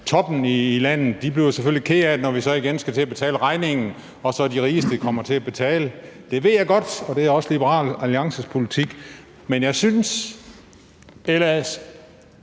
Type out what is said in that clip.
toppen af landet selvfølgelig bliver kede af det, når vi igen skal til at betale regningen og det så er de rigeste, der kommer til at betale. Det ved jeg godt, og det er også Liberal Alliances politik. Men jeg synes,